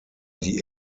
die